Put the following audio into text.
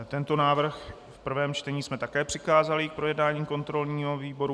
Tento návrh v prvém čtení jsme také přikázali k projednání kontrolnímu výboru.